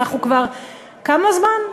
אנחנו כבר כמה זמן?